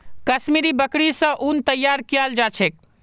कश्मीरी बकरि स उन तैयार कियाल जा छेक